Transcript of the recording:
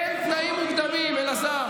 לא שואלים אותם, אין תנאים מוקדמים, אלעזר.